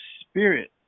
spirit